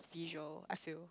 visual I feel